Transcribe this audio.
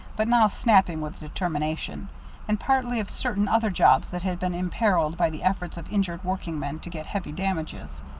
but now snapping with determination and partly of certain other jobs that had been imperiled by the efforts of injured workingmen to get heavy damages.